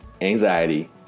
anxiety